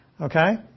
okay